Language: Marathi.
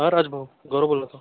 हा राज भाऊ गौरव बोलतो